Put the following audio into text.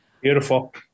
Beautiful